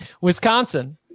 Wisconsin